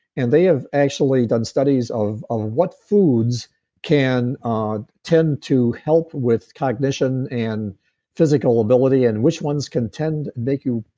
and they have actually done studies of of what foods can ah tend to help with cognition, and physical ability. and which ones can tend to make you,